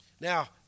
Now